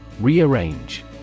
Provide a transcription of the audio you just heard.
Rearrange